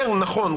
יותר נכון,